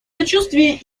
сочувствие